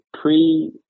pre